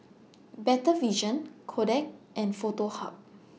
Better Vision Kodak and Foto Hub